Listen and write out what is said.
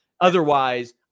Otherwise